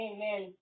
Amen